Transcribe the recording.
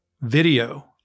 video